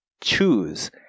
choose